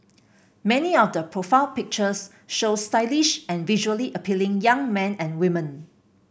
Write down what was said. many of the profile pictures show stylish and visually appealing young men and women